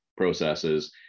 processes